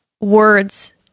words